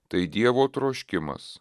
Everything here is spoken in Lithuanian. tai dievo troškimas